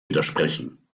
widersprechen